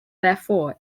therefore